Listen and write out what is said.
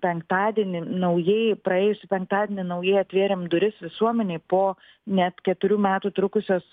penktadienį naujai praėjusį penktadienį naujai atvėrėm duris visuomenei po net keturių metų trukusios